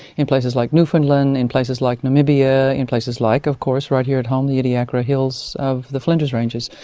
in places like newfoundland, in places like namibia, in places like of course right here at home the ediacara hills of the flinders ranges.